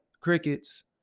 Crickets